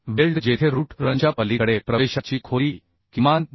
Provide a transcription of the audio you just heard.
weld जेथे root रनच्यापलीकडे प्रवेशाची खोली किमान 2